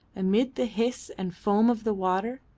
amid the hiss and foam of the water,